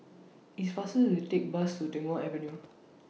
It's faster to Take Bus to Tagore Avenue